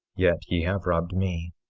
yet ye have robbed me.